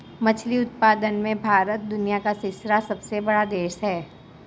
मछली उत्पादन में भारत दुनिया का तीसरा सबसे बड़ा देश है